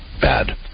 bad